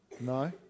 No